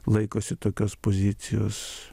laikosi tokios pozicijos